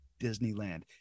Disneyland